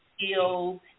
skills